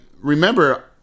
remember